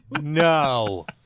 No